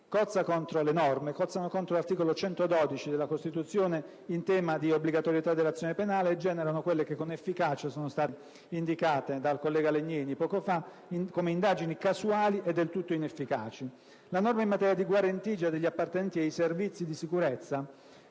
delle intercettazioni cozzano contro l'articolo 112 della Costituzione, in tema di obbligatorietà dell'azione penale, e generano quelle che con efficacia sono state indicate dal collega Legnini poco fa come indagini casuali e del tutto inefficaci. La norma in materia di guarentigia degli appartenenti ai servizi di sicurezza